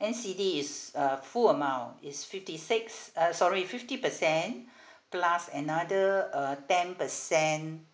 N_C_D is uh full amount it's fifty six uh sorry fifty percent plus another uh ten percent